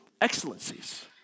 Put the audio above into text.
excellencies